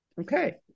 Okay